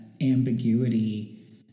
ambiguity